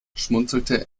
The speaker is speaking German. schmunzelte